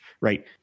right